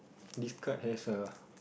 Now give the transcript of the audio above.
this card has a